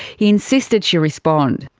he insisted she respond.